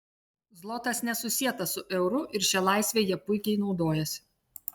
zlotas nesusietas su euru ir šia laisve jie puikiai naudojasi